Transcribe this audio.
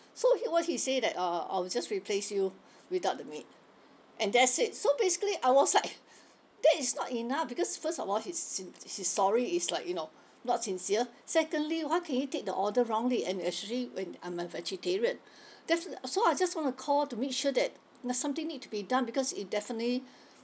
so he what he said that uh I'll just replace you without the meat and that's it so basically I was like that is not enough because first of all his sinc~ his sorry is like you know not sincere secondly why can you take the order wrongly and especially when I'm a vegetarian defin~ so I just want to call to make sure that uh something need to be done because it definitely